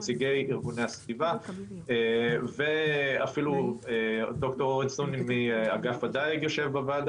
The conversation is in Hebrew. נציגי ארגוני הסביבה ואפילו ד"ר אורן סונין מאגף הדיג יושב בה.